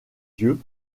yeux